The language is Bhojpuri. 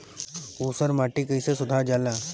ऊसर माटी कईसे सुधार जाला?